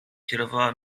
kierowała